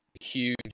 huge